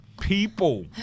People